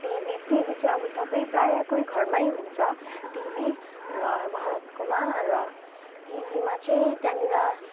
TV TV चाहिँ अब सबै प्रायःकै घरमै हुन्छ टिभी र भारतकोमा र टिभीमा चाहिँ त्यहाँनिर